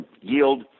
yield